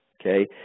Okay